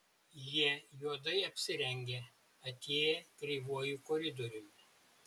jie juodai apsirengę atėję kreivuoju koridoriumi